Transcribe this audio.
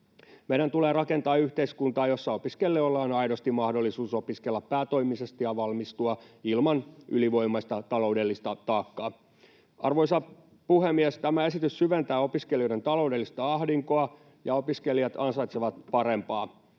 Meidän tulee rakentaa yhteiskuntaa, jossa opiskelijoilla on aidosti mahdollisuus opiskella päätoimisesti ja valmistua ilman ylivoimaista taloudellista taakkaa. Arvoisa puhemies! Tämä esitys syventää opiskelijoiden taloudellista ahdinkoa, ja opiskelijat ansaitsevat parempaa.